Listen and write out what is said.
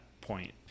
point